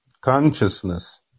consciousness